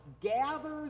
gathers